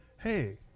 hey